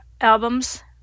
albums